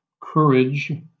courage